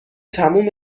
تموم